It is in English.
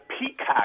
Peacock